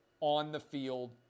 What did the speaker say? on-the-field